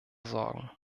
sorgen